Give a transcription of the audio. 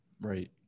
Right